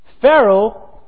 Pharaoh